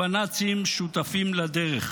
ובנאצים שותפים לדרך.